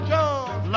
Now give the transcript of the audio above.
Jones